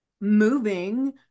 moving